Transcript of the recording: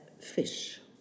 fish